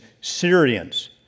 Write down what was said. Syrians